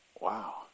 Wow